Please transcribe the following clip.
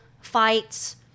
fights